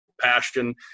passion